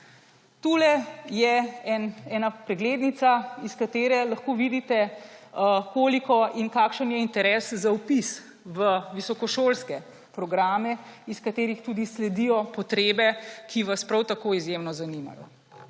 Tu je ena preglednica, iz katere lahko vidite, kako in kakšen je interes za vpis v visokošolske programe, iz katerih tudi sledijo potrebe, ki vas prav tako izjemno zanimajo,